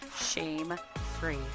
shame-free